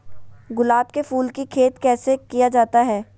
गुलाब के फूल की खेत कैसे किया जाता है?